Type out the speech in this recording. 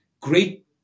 great